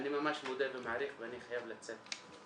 אני ממש מודה ומעריך ואני חייבת לצאת.